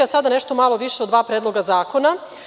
Sada nešto malo više o dva predloga zakona.